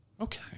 Okay